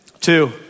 Two